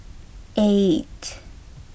eight